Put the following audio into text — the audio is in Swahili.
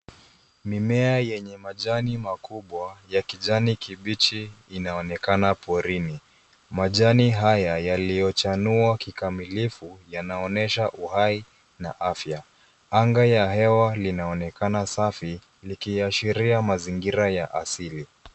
Mimea yenye majani makubwa ya kijani kibichi, inaonekana porini. Majani haya yaliyochanua kikamilifu, yanaonesha uhai na afya. Anga ya hewa linaonekana safi, likiashiria mazingira ya asili.